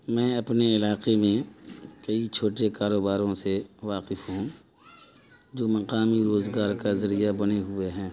میں اپنے علاقے میں کئی چھوٹے کاروباروں سے واقف ہوں جو مقامی روزگار کا ذریعہ بنے ہوئے ہیں